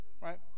right